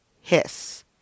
Hiss